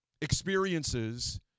experiences